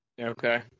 okay